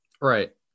Right